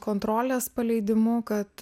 kontrolės paleidimu kad